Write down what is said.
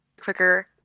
quicker